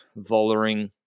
Vollering